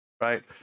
right